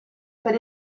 per